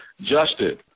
Justin